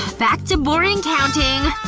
back to boring counting